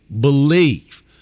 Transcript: Believe